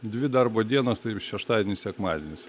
dvi darbo dienos tai ir šeštadienis sekmadienis